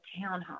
townhome